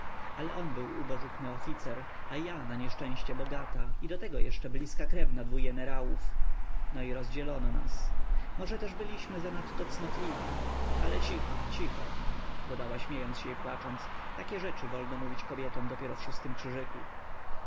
ale on był ubożuchny oficer a ja na nieszczęście bogata i do tego jeszcze bliska krewna dwu jenerałów no i rozdzielono nas może też byliśmy zanadto cnotliwi ale cicho cicho dodała śmiejąc się i płacząc takie rzeczy wolno mówić kobietom dopiero w szóstym krzyżyku